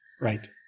Right